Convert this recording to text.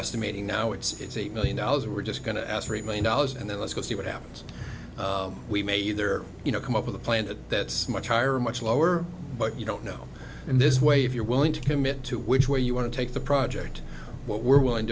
estimating now it's eight million dollars we're just going to ask three million dollars and then let's go see what happens we may there you know come up with a planet that's much higher much lower but you don't know in this way if you're willing to commit to which way you want to take the project what we're willing